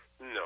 No